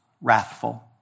wrathful